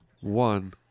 One